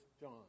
John